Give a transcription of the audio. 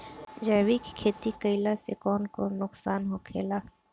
जैविक खेती करला से कौन कौन नुकसान होखेला?